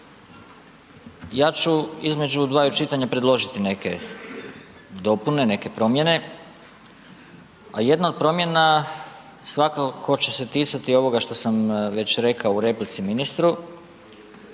ja ću između dvaju čitanja predložiti neke dopune, neke promjene, a jedna od promjena svakako će se ticati ovoga što sam već rekao u replici ministru,